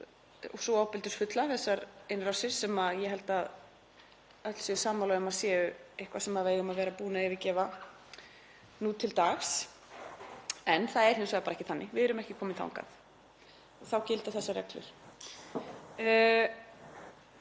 sú ofbeldisfulla, þessar innrásir, sem ég held að allir séu sammála um að sé eitthvað sem við ættum að vera búin að hverfa frá nú til dags. En það er hins vegar ekki þannig. Við erum ekki komin þangað. Þá gilda þessar reglur.